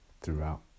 throughout